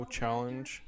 challenge